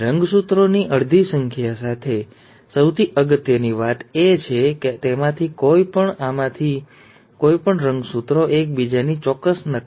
રંગસૂત્રોની અડધી સંખ્યા સાથે અને સૌથી અગત્યની વાત એ છે કે તેમાંથી કોઈ પણ આમાંથી કોઈ પણ રંગસૂત્રો એકબીજાની ચોક્કસ નકલ નથી